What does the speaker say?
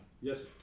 Yes